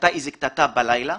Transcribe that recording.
הייתה קטטה בלילה,